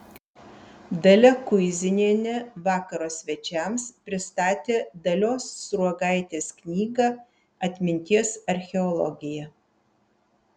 dalia kuizinienė vakaro svečiams pristatė dalios sruogaitės knygą atminties archeologija